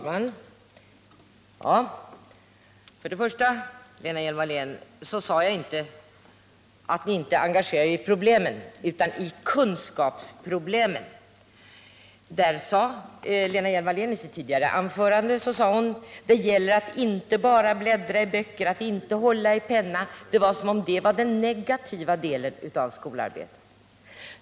Herr talman! Jag sade inte, Lena Hjelm-Wallén, att ni inte engagerar er i problemen i allmänhet, utan jag talade om just kunskapsproblemen. Lena Hjelm-Wallén sade i sitt tidigare anförande att det inte bara gällde att bläddra i böckerna och att hålla i en penna — det lät på henne som om hon ansåg att detta var den negativa delen av skolarbetet.